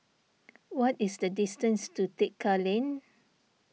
what is the distance to Tekka Lane